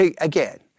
again